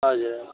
हजुर